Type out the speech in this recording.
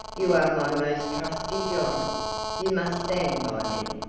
you are my most trusty john you must stand by me.